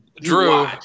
Drew